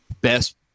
best